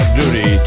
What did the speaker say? duty